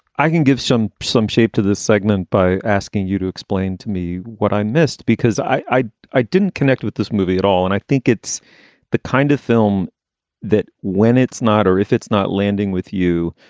i can give some some shape to this segment by asking you to explain to me what i missed because i i i didn't connect with this movie at all. and i think it's the kind of film that when it's not or if it's not landing with you,